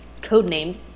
codenamed